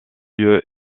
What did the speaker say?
lieu